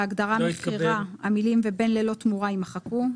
בהגדרה 'מכירה' המילים 'ובין ללא תמורה' יימחקו.